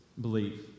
Believe